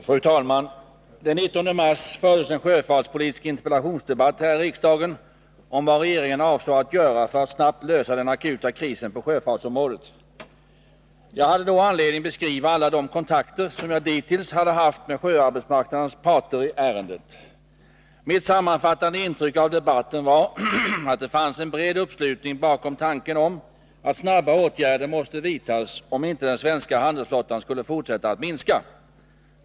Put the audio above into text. Fru talman! Den 19 mars fördes en sjöfartspolitisk interpellationsdebatt häri riksdagen om vad regeringen avsåg att göra för att snabbt lösa den akuta krisen på sjöfartsområdet. Jag hade då anledning beskriva alla de kontakter i ärendet jag dittills hade haft med sjöarbetsmarknadens parter. Mitt sammanfattande intryck av debatten var att det fanns en bred uppslutning bakom tanken att snara åtgärder måste vidtas, om inte den svenska handelsflottan skulle fortsätta att minska.